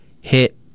hit